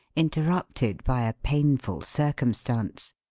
interrupted by a painful circumstance.